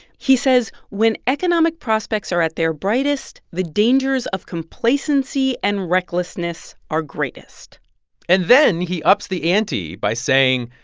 he says, when economic prospects are at their brightest, the dangers of complacency and recklessness are greatest and then he ups the ante by saying,